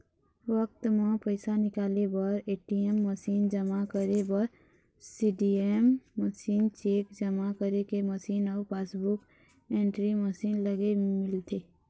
bank म पइसा निकाले बर ए.टी.एम मसीन, जमा करे बर सीडीएम मशीन, चेक जमा करे के मशीन अउ पासबूक एंटरी मशीन लगे मिलथे